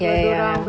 ya ya